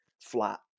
flat